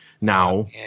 now